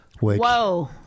Whoa